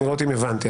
לראות אם הבנתי.